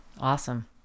awesome